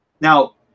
Now